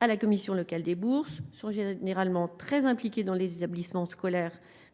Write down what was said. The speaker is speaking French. à la commission locale des bourses sont généralement très impliqué dans les établissements scolaires